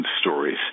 stories